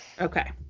okay